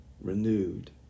renewed